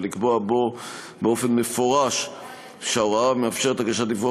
ולקבוע בו במפורש שההוראה המאפשרת הגשת דיווח